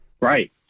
Right